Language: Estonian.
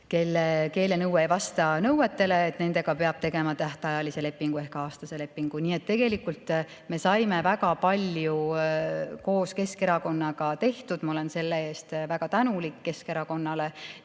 keeleoskus ei vasta nõuetele, peab tegema tähtajalise lepingu ehk aastase lepingu. Nii et tegelikult me saime väga palju koos Keskerakonnaga tehtud. Ma olen selle eest väga tänulik Keskerakonnale.